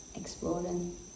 exploring